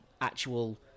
actual